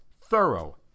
thorough